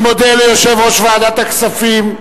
אני מודה ליושב-ראש ועדת הכספים.